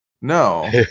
No